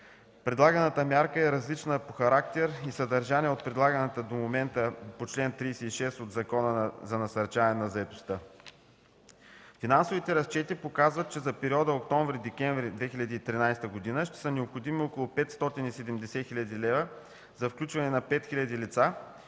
Предлаганата мярка е различна по характер и съдържание от предлаганата до момента по чл. 36 от Закона за насърчаване на заетостта. Финансовите разчети показват, че за периода октомври – декември 2013 г. ще са необходими около 570 хил. лв. за включване на 5 хиляди лица,